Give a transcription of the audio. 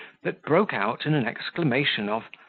that broke out in an exclamation of,